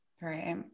Right